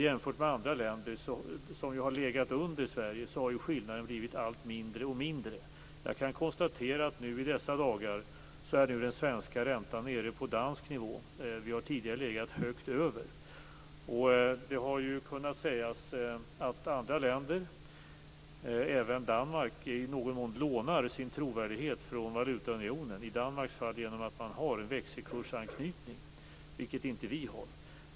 Jämfört med andra länder, som ju har legat under Sverige, har skillnaden blivit mindre och mindre. Jag kan konstatera att den svenska räntan nu i dessa dagar är nere på dansk nivå. Vi har tidigare legat högt över. Det har ju kunnat sägas att andra länder, även Danmark i någon mån, lånar sin trovärdighet från valutaunionen. I Danmarks fall sker detta genom att man har en växelkursanknytning. Det har inte vi.